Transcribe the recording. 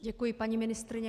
Děkuji, paní ministryně.